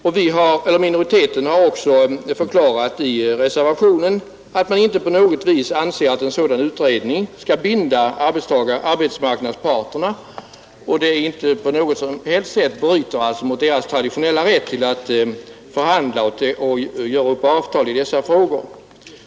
Minoriteten har i reservationen också förklarat, att den inte på något sätt anser att en sådan utredning skall binda arbetsmarknadsparterna och att den inte bryter mot deras traditionella rätt att förhandla om och träffa avtal i dessa frågor.